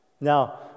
Now